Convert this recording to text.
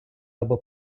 або